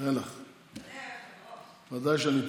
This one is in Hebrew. ודאי שאתן.